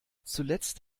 zuletzt